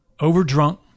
overdrunk